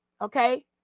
Okay